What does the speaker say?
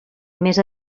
més